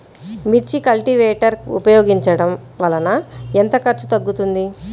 మిర్చి కల్టీవేటర్ ఉపయోగించటం వలన ఎంత ఖర్చు తగ్గుతుంది?